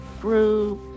group